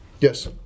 Yes